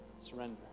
Surrender